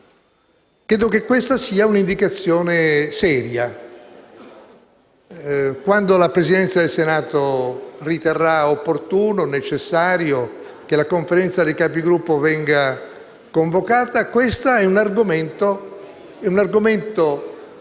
Credo che questa sia un'indicazione seria. Quando la Presidenza del Senato riterrà opportuno e necessario che la Conferenza dei Capigruppo venga convocata, questo è un argomento classico,